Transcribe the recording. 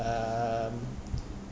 um